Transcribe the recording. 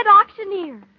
auctioneer